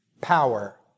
power